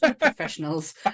professionals